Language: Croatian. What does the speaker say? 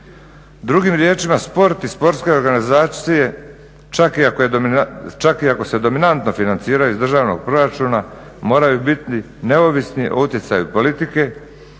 Drugim riječima, sport i sportska organizacije čak i ako se dominanto financiraju iz državnog proračuna moraju biti neovisni o utjecaju politike,